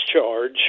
charge